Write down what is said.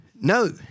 No